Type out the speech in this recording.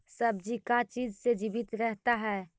सब्जी का चीज से जीवित रहता है?